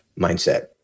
mindset